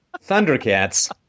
thundercats